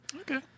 Okay